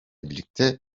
birlikte